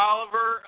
Oliver